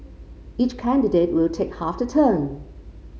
each candidate will take half the term